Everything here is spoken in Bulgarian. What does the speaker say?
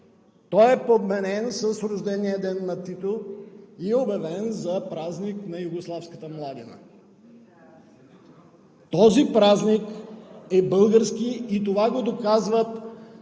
е подменен с рождения ден на Тито и е обявен за празник на югославската младина. Този празник е български и това го доказват